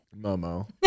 Momo